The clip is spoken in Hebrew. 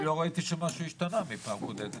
אני לא ראיתי שמשהו השתנה מהפעם הקודמת.